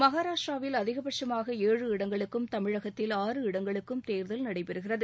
மகாராஷ்டிராவில் அதிகபட்சமாக ஏழு இடங்களுக்கும் தமிழகத்தில் ஆறு இடங்களுக்கும் தேர்தல் நடைபெறுகிறது